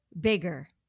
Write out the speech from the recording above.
bigger